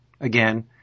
again